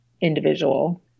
individual